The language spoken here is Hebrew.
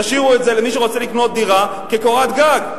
תשאירו את זה למי שרוצה לקנות דירה כקורת גג.